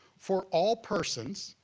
for all persons,